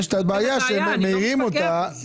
יש בעיה שהם מעירים לגביה.